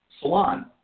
salon